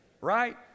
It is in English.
Right